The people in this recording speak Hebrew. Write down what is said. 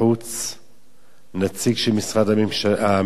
נציג של משרד המשפטים בשם גולן,